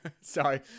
sorry